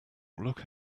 look